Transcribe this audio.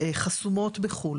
חסומות בחו"ל